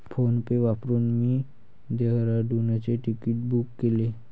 PhonePe वापरून मी डेहराडूनचे तिकीट बुक केले